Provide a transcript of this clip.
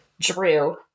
Drew